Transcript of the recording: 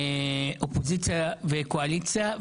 אופוזיציה וקואליציה.